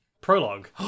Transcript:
prologue